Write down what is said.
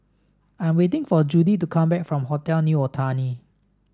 I'm waiting for Judy to come back from Hotel New Otani